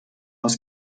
aus